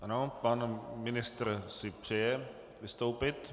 Ano, pan ministr si přeje vystoupit.